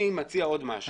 אני מציע עוד משהו.